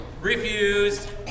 refused